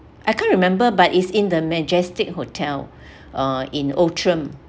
I can't remember but it's in the majestic hotel uh in outram